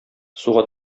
суга